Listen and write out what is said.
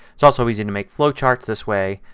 is also easy to make flowcharts this way.